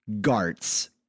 Gart's